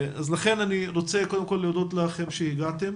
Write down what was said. לכן אני רוצה קודם כל להודות לכם שהגעתם,